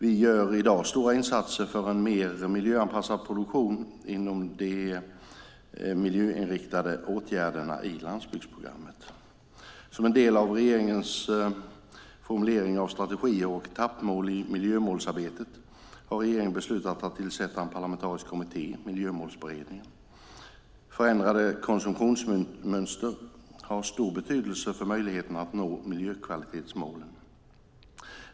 Vi gör i dag stora insatser för en mer miljöanpassad produktion inom de miljöinriktade åtgärderna i landsbygdsprogrammet. Som en del av regeringens formulering av strategier och etappmål i miljömålsarbetet har regeringen beslutat att tillsätta en parlamentarisk kommitté, Miljömålsberedningen. Förändrade konsumtionsmönster har stor betydelse för möjligheterna att nå miljökvalitetsmålen.